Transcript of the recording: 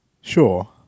Sure